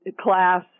class